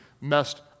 messed